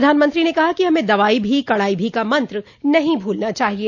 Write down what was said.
प्रधानमंत्री ने कहा कि हमें दवाई भी कड़ाई भी का मंत्र नहीं भूलना चाहिए